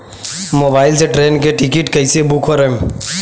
Mobile से train के ticket कैसे बूक करेम?